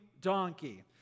donkey